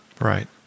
Right